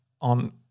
on